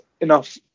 enough